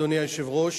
אדוני היושב-ראש,